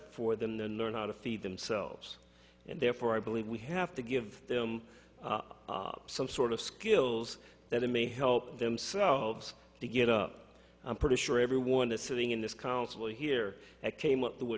for them than learn how to feed themselves and therefore i believe we have to give them some sort of skills that may help themselves to get up i'm pretty sure everyone is sitting in this council here that came up t